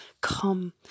Come